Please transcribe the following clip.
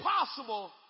impossible